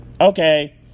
Okay